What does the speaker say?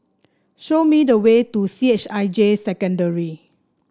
show me the way to C H I J Secondary